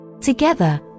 Together